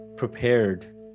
Prepared